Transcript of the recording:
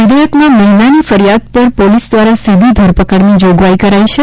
વિધેયકમાં મહિલાની ફરિયાદ પર પોલીસ દ્વારા સીધી ધરપકડની જોગવાઈ કરાઈ છે